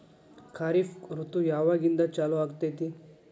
ಖಾರಿಫ್ ಋತು ಯಾವಾಗಿಂದ ಚಾಲು ಆಗ್ತೈತಿ?